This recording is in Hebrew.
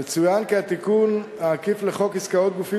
יצוין כי התיקון העקיף לחוק עסקאות גופים